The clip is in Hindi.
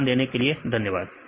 ध्यान देने के लिए धन्यवाद